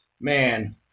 Man